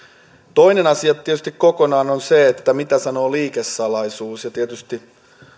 toinen asia kokonaan tietysti on mitä sanoo liikesalaisuus